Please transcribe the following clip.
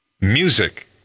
music